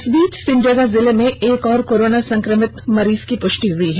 इस बीच सिमडेगा जिले में एक और कोरोना संक्रमित मरीज की पुष्टि हुई है